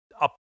up